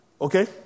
Okay